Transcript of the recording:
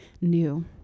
new